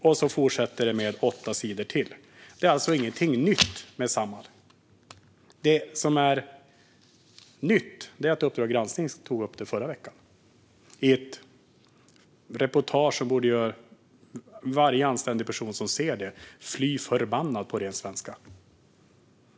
Och så fortsätter det i åtta sidor till. Det är alltså ingenting nytt med Samhall. Det som är nytt är att Uppdrag granskning tog upp det i förra veckan, i ett reportage som borde göra varje anständig person som ser det fly förbannad, på ren svenska.